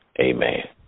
Amen